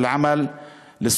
בדצמבר.